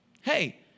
hey